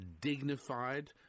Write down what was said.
dignified